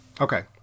Okay